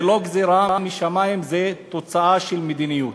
זה לא גזירה משמים, זו תוצאה של מדיניות.